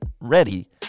ready